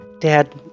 Dad